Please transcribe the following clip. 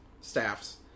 Staffs